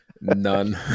none